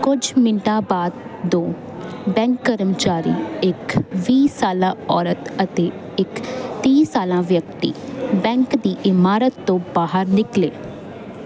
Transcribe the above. ਕਝ ਮਿੰਟਾਂ ਬਾਅਦ ਦੋ ਬੈਂਕ ਕਰਮਚਾਰੀ ਇੱਕ ਵੀਹ ਸਾਲਾ ਔਰਤ ਅਤੇ ਇੱਕ ਤੀਹ ਸਾਲਾ ਵਿਅਕਤੀ ਬੈਂਕ ਦੀ ਇਮਾਰਤ ਤੋਂ ਬਾਹਰ ਨਿਕਲੇ